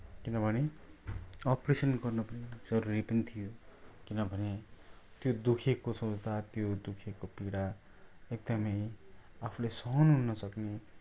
किनभने अप्रेसन् गर्न पनि जरुरी पनि थियो किनभने त्यो दुखेको सोँच्दा त्यो दुखेको पीडा एकदमै आफूले सहनु नसक्ने